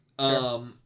sure